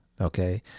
Okay